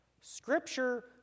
Scripture